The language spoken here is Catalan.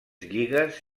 lligues